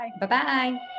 Bye-bye